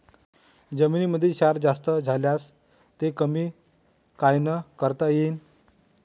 जमीनीमंदी क्षार जास्त झाल्यास ते कमी कायनं करता येईन?